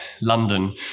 London